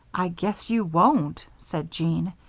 i guess you won't, said jean.